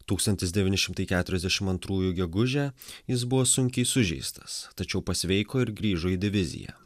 tūkstantis devyni šimtai keturiasdešim antrųjų gegužę jis buvo sunkiai sužeistas tačiau pasveiko ir grįžo į diviziją